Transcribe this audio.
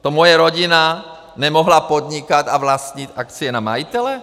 To moje rodina nemohla podnikat a vlastnit akcie na majitele?